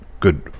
Good